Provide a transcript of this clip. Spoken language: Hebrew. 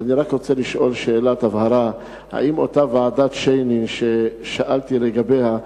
ואני רק רוצה לשאול שאלת הבהרה: האם אותה ועדת-שיינין ששאלתי לגביה,